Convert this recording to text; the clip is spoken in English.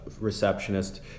receptionist